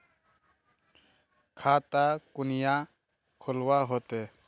खाता कुनियाँ खोलवा होते?